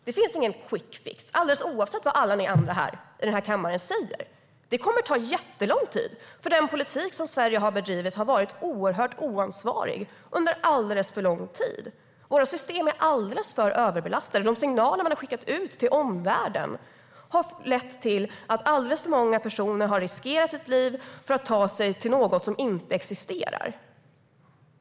Det finns ingen quickfix, alldeles oavsett vad alla ni andra i den här kammaren säger. Det kommer att ta jättelång tid, för den politik som Sverige har bedrivit har varit oerhört oansvarig under alldeles för lång tid. Våra system är överbelastade. De signaler man har skickat till omvärlden har lett till att alldeles för många personer har riskerat sitt liv för att ta sig till något som inte existerar.